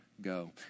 go